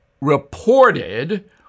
reported